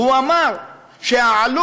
והוא אמר שהעלות